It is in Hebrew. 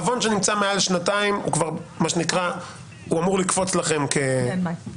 עוון שנמצא מעל שנתיים כבר אמור לקפוץ לכם כלא